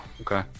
okay